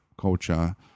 culture